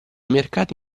mercati